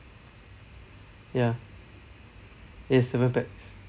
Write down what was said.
ya yes seven pax